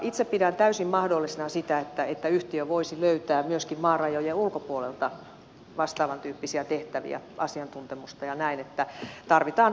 itse pidän täysin mahdollisena sitä että yhtiö voisi löytää myöskin maarajojen ulkopuolelta vastaavan tyyppisiä tehtäviä asiantuntemusta ja näin että tarvitaan muuallakin